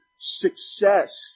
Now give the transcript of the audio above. success